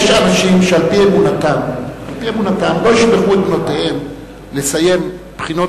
יש אנשים שעל-פי אמונתם לא ישלחו את בנותיהם לסיים בחינות